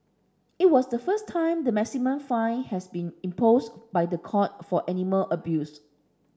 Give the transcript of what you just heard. it was the first time the maximum fine has been imposed by the court for animal abuse